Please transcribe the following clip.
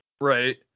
Right